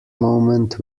moment